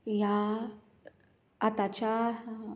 ह्या आताच्या